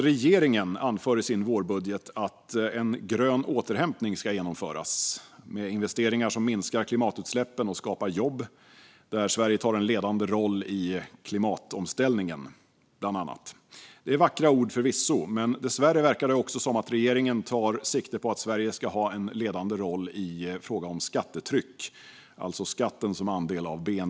Regeringen anför i sin vårbudget att en grön återhämtning ska genomföras med investeringar som minskar klimatutsläppen och skapar jobb, där Sverige tar en ledande roll i klimatomställningen. Det är vackra ord, förvisso. Dessvärre verkar det som att regeringen också tar sikte på att Sverige ska ha en ledande roll i fråga om skattetryck, alltså skatten som andel av bnp.